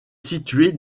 située